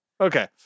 Okay